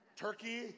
Turkey